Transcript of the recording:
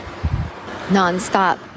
nonstop